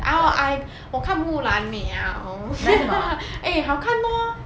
oh I 我看木兰 liao eh 好看 lor